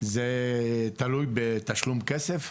זה תלוי בתשלום כסף,